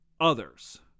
others